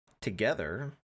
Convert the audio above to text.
Together